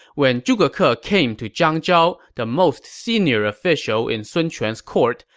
when zhuge ke ah came to zhang zhao, the most senior official in sun quan's court,